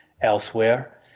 elsewhere